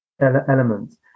elements